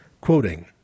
Quoting